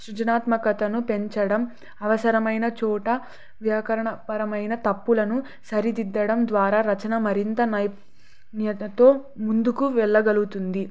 సృజనాత్మకతను పెంచడం అవసరమైన చోట వ్యాకరణపరమైన తప్పులను సరిదిద్దడం ద్వారా రచన మరింత నైపుణ్యతతో ముందుకు వెళ్ళగలుగుతుంది